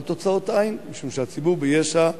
אבל תוצאות אין, משום שהציבור ביש"ע,